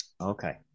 Okay